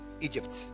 Egypt